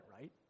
right